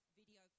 video